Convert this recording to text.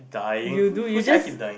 you do you just